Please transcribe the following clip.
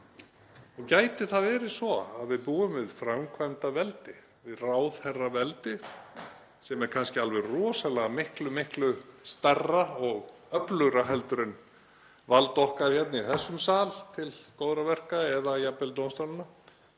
Gæti það verið svo að við búum við framkvæmdarveldi, við ráðherraveldi sem er kannski alveg rosalega miklu stærra og öflugra heldur en vald okkar hérna í þessum sal til góðra verka eða jafnvel dómstólanna?